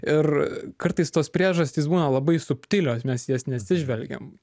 ir kartais tos priežastys būna labai subtilios mes į jas neatsižvelgiam